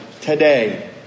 today